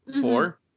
four